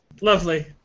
Lovely